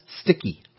sticky